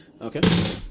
Okay